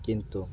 କିନ୍ତୁ